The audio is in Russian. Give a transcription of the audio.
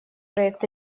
проект